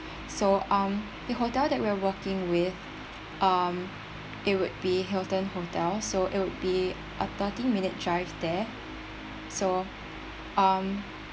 so um the hotel that we are working with um it would be Hilton hotel so it would be a thirty minute drive there so um